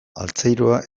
altzairua